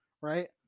right